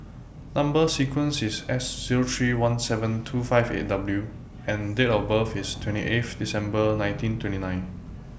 Number sequence IS S Zero three one seven two five eight W and Date of birth IS twenty eighth December nineteen twenty nine